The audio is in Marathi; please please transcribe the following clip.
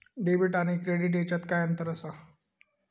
डेबिट आणि क्रेडिट ह्याच्यात काय अंतर असा?